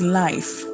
life